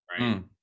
right